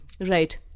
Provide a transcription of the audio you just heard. Right